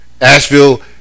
Asheville